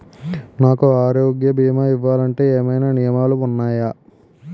నాకు ఆరోగ్య భీమా ఇవ్వాలంటే ఏమైనా నియమాలు వున్నాయా?